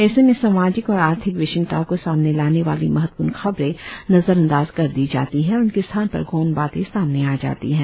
ऐसे में सामाजिक और आर्थिक विषमताओं को सामने लाने वाली महत्वपूर्ण खबरें नजरअंदाज कर दी जाती हैं और उनके स्थान पर गौण बातें सामने आ जाती हैं